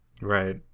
right